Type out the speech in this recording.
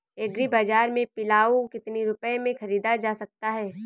Agree बाजार से पिलाऊ कितनी रुपये में ख़रीदा जा सकता है?